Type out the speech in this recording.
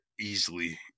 easily